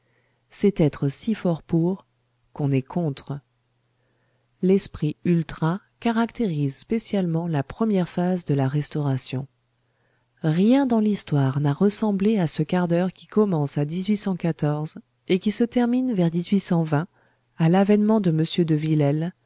c'est être si fort pour qu'on est contre l'esprit ultra caractérise spécialement la première phase de la restauration rien dans l'histoire n'a ressemblé à ce quart d'heure qui commence à et qui se termine vers à l'avènement de m de